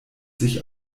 sich